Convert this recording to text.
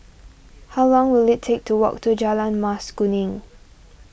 how long will it take to walk to Jalan Mas Kuning